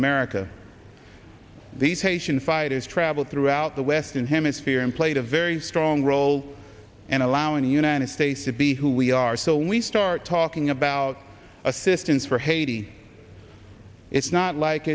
america these haitian fighters traveled throughout the western hemisphere and played a very strong role and allowing the united states to be who we are so we start talking about assistance for haiti it's not like